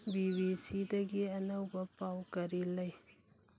B ꯕꯤ ꯁꯤꯗꯒꯤ ꯑꯅꯧꯕ ꯄꯥꯎ ꯀꯔꯤ ꯂꯩ